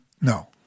No